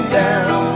down